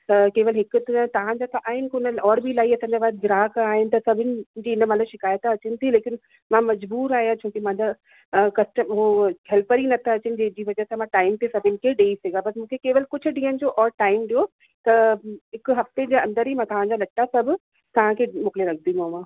त केवल हिकु त तव्हांजा त आहिनि कोन्ह और बि असांजे वटि ग्राहक आहिनि त सभिनि जी महिल शिकाइत अचनि थी लेकिन मां मज़बूर आहियां छो की मां त तव्हां कस्ट हो हेल्पर ई नथा अचनि जंहिंजी वज़ह सां मां टाइम ते सभिनि खे ॾेई सघां बसि मूंखे केवल कुझु ॾींहनि जो और टाइम ॾियो त हिकु हफ़्ते जे अंदर ई मां तांजा लटा सब तांखे मोकिले रखिदीमांव